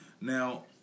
Now